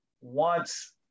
wants